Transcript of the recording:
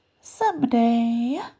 Someday